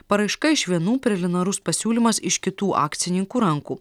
paraiška iš vienų preliminarus pasiūlymas iš kitų akcininkų rankų